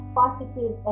positive